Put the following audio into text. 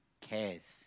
cares